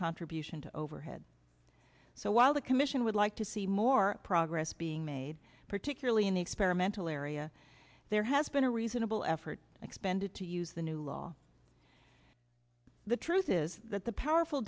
contribution to overhead so while the commission would like to see more progress being made particularly in the experimental area there has been a reasonable effort expended to use the new law the truth is that the powerful